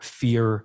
fear